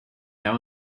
now